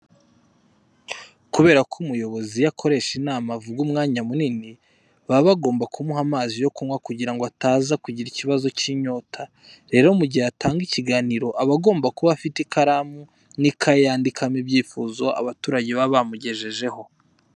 Kubera ko umuyobozi iyo akoresha inama avuga umwanya munini, baba bagomba kumuha amazi yo kunywa kugira ngo ataza kugira ikibazo cy'inyota. Rero mu gihe atanga ikiganiro aba agomba kuba afite ikaramu n'ikayi yandikamo ibyifuzo abaturage baba bamugejejeho.